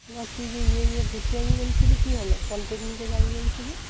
না তুই যে ইয়ে যে ভর্তি হবি বলছিলি কি হলো পলিটেকনিকে যাবি বলছিলি